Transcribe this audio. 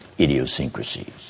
idiosyncrasies